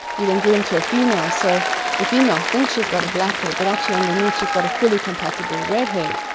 you then give him to a female, so the female thinks she's got a black-head but actually underneath she's got a fully compatible red-head,